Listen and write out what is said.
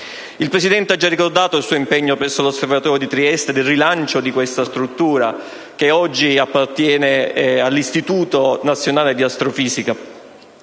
Il Presidente ha già ricordato il suo impegno presso l'Osservatorio di Trieste, per il rilancio di questa struttura che oggi appartiene all'Istituto nazionale di astrofisica.